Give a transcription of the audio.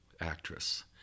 actress